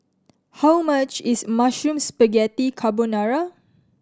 how much is Mushroom Spaghetti Carbonara